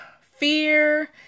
fear